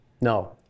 No